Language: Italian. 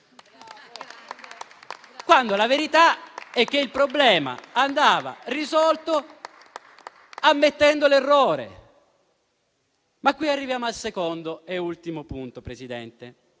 quando la verità è che il problema andava risolto ammettendo l'errore. Arriviamo al secondo e ultimo punto. Dicevo